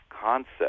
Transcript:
concept